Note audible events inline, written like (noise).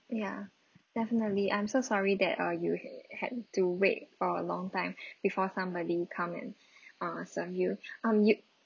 ya definitely I'm so sorry that err you h~ had to wait for a long time (breath) before somebody come and err serve you um you